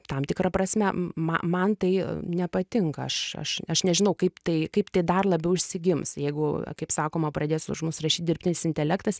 tam tikra prasme ma man tai nepatinka aš aš nežinau kaip tai kaip tai dar labiau išsigims jeigu kaip sakoma pradės už mus rašyt dirbtinis intelektas